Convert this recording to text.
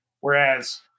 Whereas